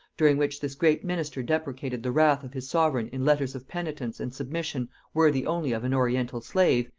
during which this great minister deprecated the wrath of his sovereign in letters of penitence and submission worthy only of an oriental slave,